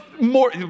More